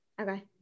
Okay